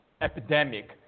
epidemic